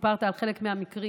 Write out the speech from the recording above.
סיפרת על חלק מהמקרים,